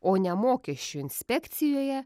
o ne mokesčių inspekcijoje